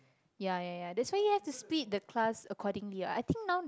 ya ya ya that's why you have to split the class accordingly I think now